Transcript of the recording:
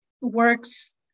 works